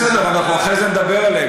בסדר, אנחנו אחרי זה נדבר עליהם.